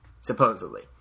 supposedly